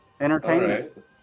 entertainment